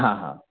हाँ हाँ